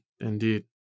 indeed